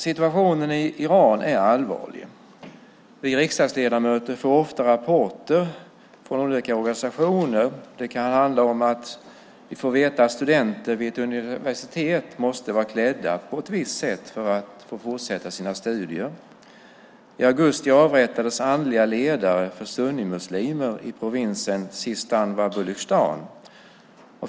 Situationen i Iran är allvarlig. Vi riksdagsledamöter får ofta rapporter från olika organisationer. Vi kan få veta att studenter vid ett universitet måste vara klädda på ett visst sätt för att få fortsätta sina studier. I augusti avrättades andliga ledare för sunnimuslimer i provinsen Sistan va Baluchestan.